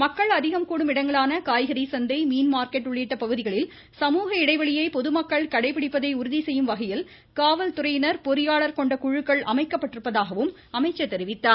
மக்கள் அதிகம் கூடும் இடங்களான காய்கறி சந்தை மீன் மார்க்கெட் உள்ளிட்ட பகுதிகளில் சமூக இடைவெளியை பொதுமக்கள் கடைபிடிப்பதை உறுதி வகையில் காவல்துறையினர் பொறியாளர் கொண்ட செய்யும் குழுக்கள் அமைக்கப்பட்டிருப்பதாக தெரிவித்தார்